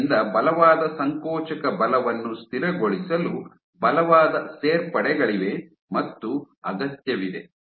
ಕೋಶಗಳಿಂದ ಬಲವಾದ ಸಂಕೋಚಕ ಬಲವನ್ನು ಸ್ಥಿರಗೊಳಿಸಲು ಬಲವಾದ ಸೇರ್ಪಡೆಗಳಿವೆ ಮತ್ತು ಅಗತ್ಯವಿದೆ